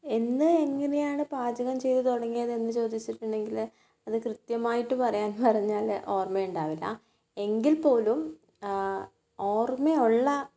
എന്ന് എങ്ങനെയാണ് പാചകം ചെയ്തു തുടങ്ങിയത് എന്ന് ചോദിച്ചിട്ടുണ്ടെങ്കിൽ അത് കൃത്യമായിട്ട് പറയാൻ പറഞ്ഞാൽ ഓർമ്മയുണ്ടാവില്ല എങ്കിൽപോലും ഓർമ്മയുള്ള